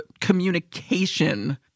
communication